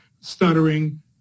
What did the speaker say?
stuttering